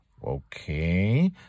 Okay